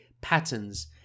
patterns